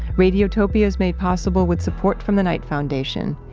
radiotopia is made possible with support from the knight foundation.